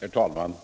Herr talman!